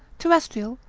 terrestrial,